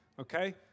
okay